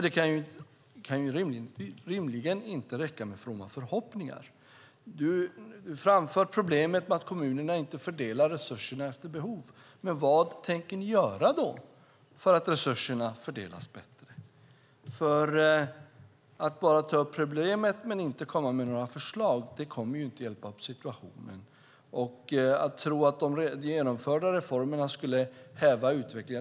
Det kan ju rimligen inte räcka med fromma förhoppningar. Du framför problemet att kommunerna inte fördelar resurserna efter behov. Men vad tänker ni då göra för att resurserna ska fördelas bättre? Att bara ta upp problemet men inte komma med några förslag kommer ju inte att hjälpa upp situationen. Tror ni att de genomförda reformerna skulle häva utvecklingen?